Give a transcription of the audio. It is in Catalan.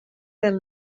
del